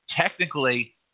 technically –